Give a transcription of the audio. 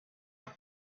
are